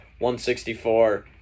.164